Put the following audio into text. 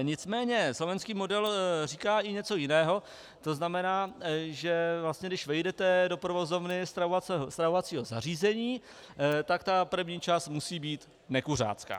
Nicméně slovenský model říká i něco jiného, to znamená, že vlastně když vejdete do provozovny stravovacího zařízení, tak první část musí být nekuřácká.